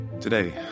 Today